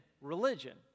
religion